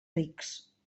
rics